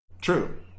True